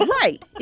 Right